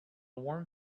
warm